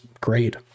great